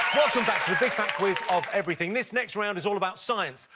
welcome back to the big fat quiz of everything. this next round is all about science,